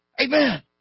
Amen